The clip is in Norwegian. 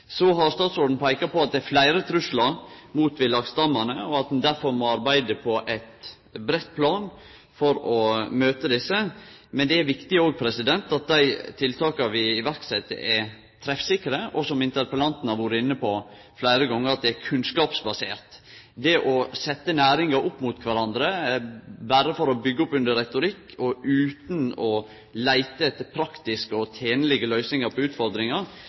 har peika på at det er fleire truslar mot villlaksstammane, og at ein derfor må arbeide på eit breitt plan for å møte desse. Men det er òg viktig at dei tiltaka vi set i verk, er treffsikre, og – som interpellanten har vore inne på fleire gonger – at dei er kunnskapsbaserte. Det å setje næringar opp mot kvarandre berre for å byggje opp under retorikk og utan å leite etter praktiske og tenlege løysingar på